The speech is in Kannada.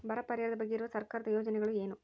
ಬರ ಪರಿಹಾರದ ಬಗ್ಗೆ ಇರುವ ಸರ್ಕಾರದ ಯೋಜನೆಗಳು ಏನು?